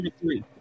three